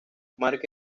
marca